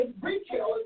retailers